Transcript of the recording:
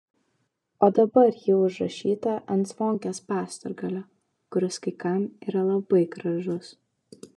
o dabar ji užrašyta ant zvonkės pasturgalio kuris kai kam yra labai gražus